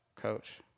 coach